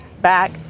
back